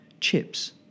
chips